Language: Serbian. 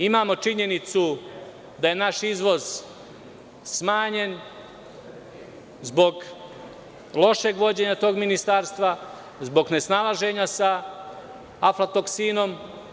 Imamo činjenicu da je naš izvoz smanjen zbog lošeg vođenja tog ministarstva, zbog nesnalaženja sa aflatoksinom.